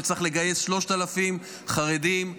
שצריך לגייס 3,000 חרדים,